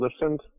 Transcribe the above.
listened